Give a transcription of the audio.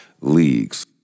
leagues